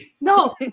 No